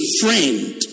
friend